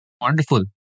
Wonderful